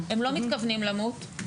הם לא מתכוונים למות,